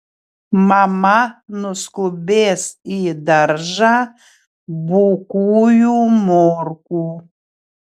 mama nuskubės į daržą bukųjų morkų